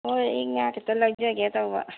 ꯍꯣꯏ ꯑꯩ ꯉꯥ ꯈꯤꯇ ꯂꯧꯖꯒꯦ ꯇꯧꯕ